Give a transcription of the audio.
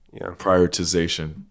prioritization